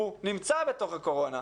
הוא נמצא בתוך הקורונה,